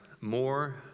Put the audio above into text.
more